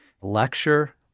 lecture